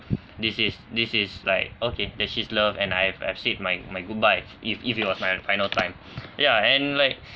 this is this is like okay that she's loved and I've I've said my my goodbye if if it was my final time ya and like